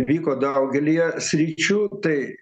vyko daugelyje sričių tai